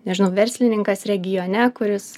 nežinau verslininkas regione kuris